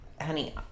honey